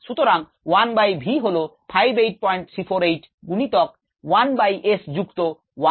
সুতরাং 1 by v হল 58348 গুণিতক 1 বাই s যুক্ত 145